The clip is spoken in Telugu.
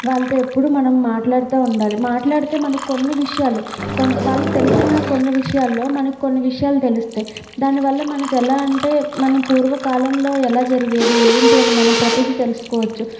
వాళ్ళతో ఎప్పుడు మనం మాట్లాడతు ఉండాలి మాట్లాడితే మనకు కొన్ని విషయాలు కొంత వాళ్ళకి తెలిసిన కొన్ని విషయాలలో మనకు కొన్ని విషయాలు తెలిస్తాయి దానివల్ల మనకు ఎలా అంటే మన పూర్వకాలంలో ఎలా జరిగేది ఏంటి అని మనం ప్రతిదీ తెలుసుకోవచ్చు